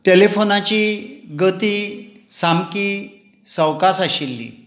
टॅलिफोनाची गती सामकी सवकास आशिल्ली